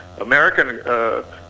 American